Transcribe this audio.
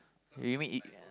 you mean eat